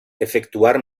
efectuar